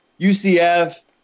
UCF